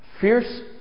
fierce